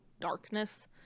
darkness